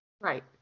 Right